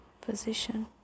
position